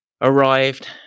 arrived